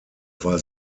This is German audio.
war